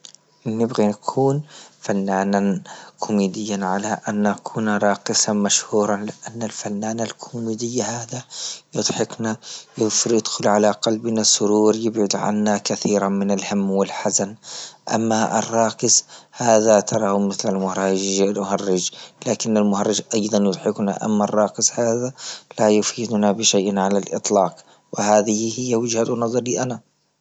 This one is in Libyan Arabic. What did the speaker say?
نبغي نكون فنانا كوميديا على أن نكون راقصا مشهورا، لأن الفنان الكوميدي هذا يضحكنا يدخل على قلبنا السرور يبعد عنا كثيرا من الهم والحزن، أما الراقص هذا تره مثل لكن المهرج أيضا يضحكنا أما الراقص هذا لا يفيدنا بشيء على الاطلاق، وهذه هي وجهة نزري انا.